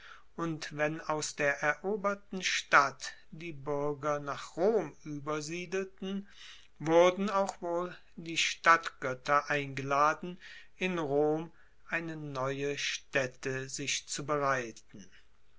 und wenn aus der eroberten stadt die buerger nach rom uebersiedelten wurden auch wohl die stadtgoetter eingeladen in rom eine neue staette sich zu bereiten